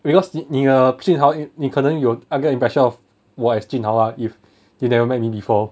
because 你 err jun hao 你可能有那个 impression of 我 as jun hao lah if you never met me before